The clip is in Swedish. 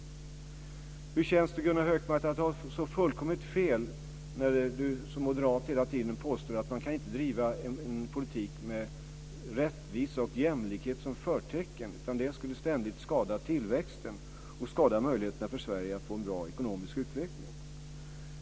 Hur känns det, Gunnar Hökmark, att ha så fullkomligt fel när han som moderat hela tiden påstår att man inte kan driva en politik med rättvisa och jämlikhet som förtecken? Det skulle ständigt skada tillväxten och skada möjligheterna för Sverige att få en bra ekonomisk utveckling.